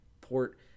port